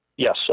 Yes